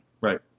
Right